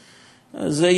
זה יעד מעניין,